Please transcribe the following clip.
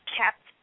kept